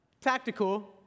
tactical